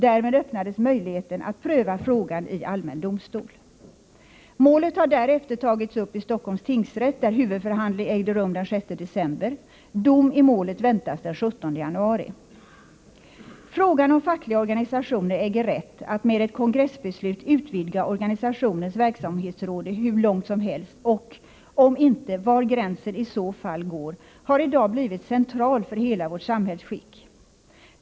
Därmed öppnades möjligheten att pröva frågan i allmän domstol. Målet har därefter tagits upp i Stockholms tingsrätt, där huvudförhandling ägde rum den 6 december. Dom i målet väntas den 17 januari. Frågan om fackliga organisationer äger rätt att med ett kongressbeslut utvidga organisationens verksamhetsområde hur långt som helst och, om inte, var gränsen i så fall går, har i dag blivit central för hela vårt samhällsskick.